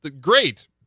great